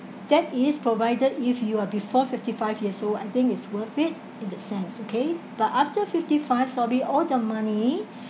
that is provided if you are before fifty five years old I think it's worth it in that sense okay but after fifty five so be all the money